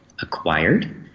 acquired